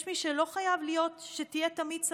יש מי שלא חייב שתהיה תמיד שמח,